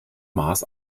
maß